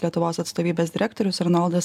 lietuvos atstovybės direktorius arnoldas